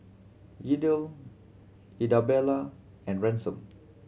Yadiel Idabelle and Ransom